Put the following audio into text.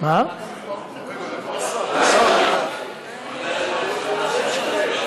שלוש דקות, גברתי, לרשותך.